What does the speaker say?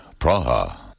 Praha